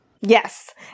Yes